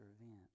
event